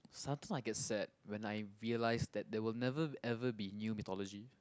sometimes I get sad when I realize that there will never ever be new mythology